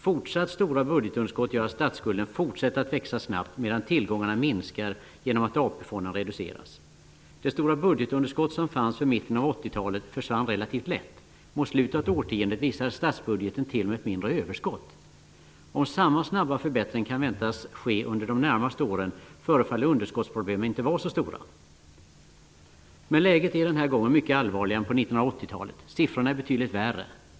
Fortsatt stora budgetunderskott gör att statsskulden fortsätter att växa snabbt medan tillgångarna minskar genom att Det stora budgetunderskott som fanns vid mitten av 1980-talet försvann relativt lätt. Mot slutet av årtiondet visade statsbudgeten t.o.m. ett mindre överskott. Om samma snabba förbättring kan väntas ske under de närmaste åren förefaller underskottsproblemen inte vara så stora. Men läget är den här gången mycket allvarligare än på 1980-talet. Siffrorna är betydligt värre.